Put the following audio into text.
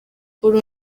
uru